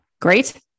Great